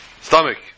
stomach